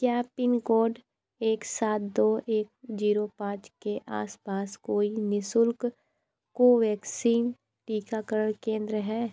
क्या pin code एक सात दो एक जीरो पाँच के आसपास कोई निशुल्क कोवैक्सीन टीकाकरण केंद्र है